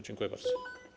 Dziękuję bardzo.